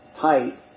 tight